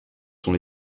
sont